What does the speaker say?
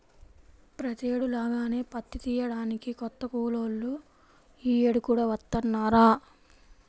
ప్రతేడు లాగానే పత్తి తియ్యడానికి కొత్త కూలోళ్ళు యీ యేడు కూడా వత్తన్నారా